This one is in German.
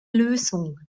lösung